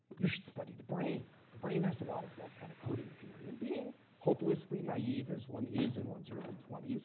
you should study the brain. the brain has a lot of that kind of coding theory. and being hopelessly naive, as one is in one's early twenty s,